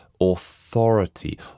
authority